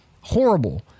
horrible